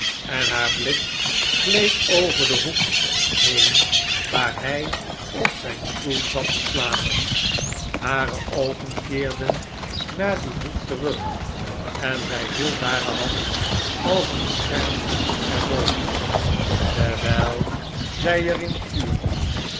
en haar blik gleed over den hoek heen waar hij op zijn stoel zat te slapen hare oogen keerden naar dien hoek terug en zij hield hare hand als een scherm er boven terwijl zij er in tuurde